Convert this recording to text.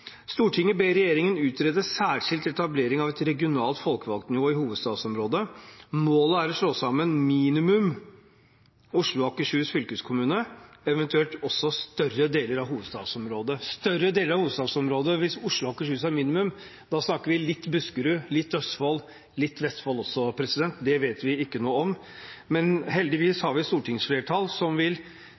ber regjeringen utrede særskilt etablering av et regionalt folkevalgt nivå i hovedstadsområdet. Målet er å slå sammen minimum Oslo og Akershus fylkeskommune, eventuelt også større deler av hovedstadsområdet.» Større deler av hovedstadsområdet – hvis Oslo og Akershus er minimum, da snakker vi litt Buskerud, litt Østfold, litt Vestfold også. Det vet vi ikke noe om, men heldigvis har vi et stortingsflertall som